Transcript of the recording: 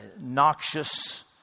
noxious